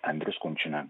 andrius kunčina